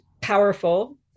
powerful